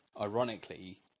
ironically